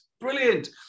brilliant